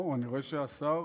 או, אני רואה ששר